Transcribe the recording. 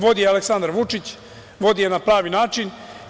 Vodi je Aleksandar Vučić, vodi je na pravi način.